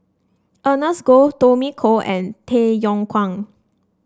Ernest Goh Tommy Koh and Tay Yong Kwang